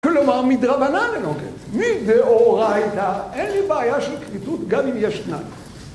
כלומר, מדרבנן אין עוגן. מדאוריתא, אין לי בעיה של קביעות גם אם יש שניים.